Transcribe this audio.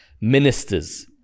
Ministers